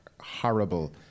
horrible